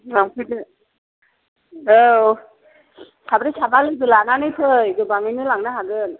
लांफैदो औ साब्रै साबा लोगो लानानै फै गोबाङैनो लांनो हागोन